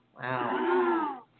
Wow